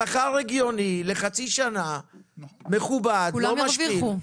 שכר הגיוני לחצי שנה וכולם ירוויחו.